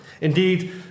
Indeed